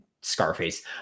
Scarface